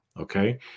Okay